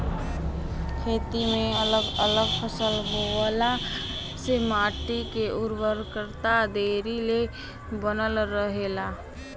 खेती में अगल अलग फसल बोअला से माटी के उर्वरकता देरी ले बनल रहेला